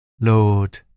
Lord